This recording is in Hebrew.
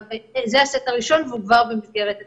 זה הסט הראשון, והוא כבר במסגרת עשייה.